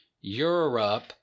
Europe